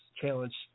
challenge